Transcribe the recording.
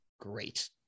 great